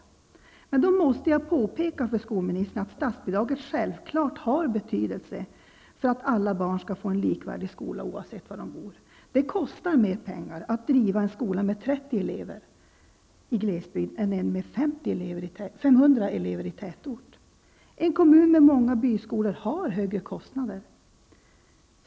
Då måste jag påpeka för skolministern att statsbidraget självfallet har betydelse för att alla barn skall få en likvärdig skola oavsett var de bor. Det kostar mer pengar att driva en skola med 30 elever i glesbygd än en med 500 elever i tätort. En kommun med många byskolor har högre kostnader.